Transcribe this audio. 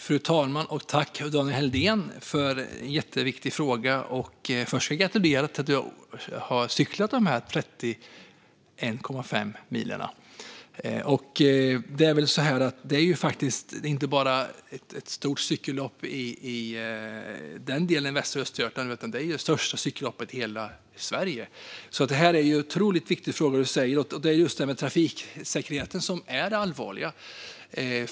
Fru talman! Tack, Daniel Helldén, för en jätteviktig fråga! Först vill jag gratulera ledamoten till att ha cyklat de här 31,5 milen! Detta är inte bara ett stort cykellopp i den delen av västra Östergötland, utan det är det största cykelloppet i hela Sverige. Ledamotens fråga är därför otroligt viktig, och det är just trafiksäkerheten som är det allvarliga.